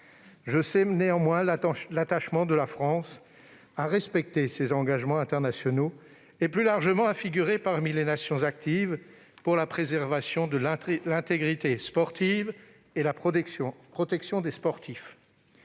Je sais néanmoins l'attachement de la France à respecter ses engagements internationaux et, plus largement, à figurer parmi les nations actives pour la préservation de l'intégrité sportive et la protection des sportifs.